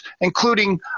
including